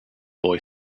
boy